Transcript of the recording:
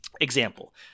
example